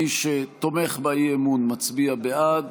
מי שתומך באי-אמון מצביע בעד,